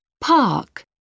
Park